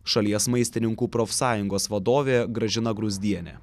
šalies maistininkų profsąjungos vadovė gražina gruzdienė